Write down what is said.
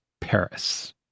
Paris